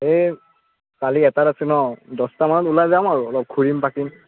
এই কালি এটাত আছে ন দছটামানত ওলাই যাম আৰু অলপ খুৰিম পাকিম